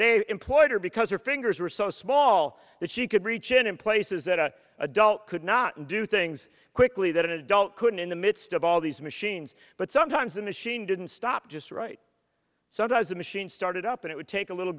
they employed her because her fingers were so small that she could reach in places that an adult could not do things quickly that an adult couldn't in the midst of all these machines but sometimes the machine didn't stop just right so does the machine started up it would take a little